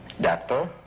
Doctor